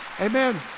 Amen